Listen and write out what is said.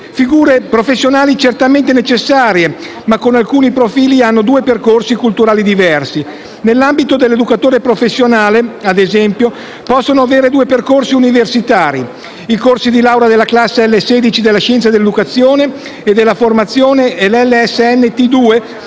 figure professionali certamente necessarie, ma alcuni profili hanno due percorsi culturali diversi. Nell'ambito della figura dell'educatore professionale, ad esempio, si possono avere due percorsi universitari diversi: i corsi di laurea delle classi L-19 Scienze dell'educazione e della formazione e L/SNT2